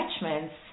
attachments